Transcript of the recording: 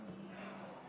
אין נמנעים.